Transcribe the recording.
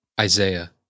Isaiah